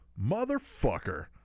Motherfucker